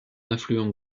affluent